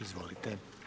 Izvolite.